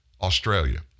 Australia